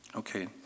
Okay